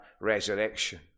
resurrection